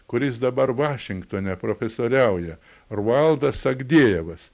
kuris dabar vašingtone profesoriauja rualdas agdėjevas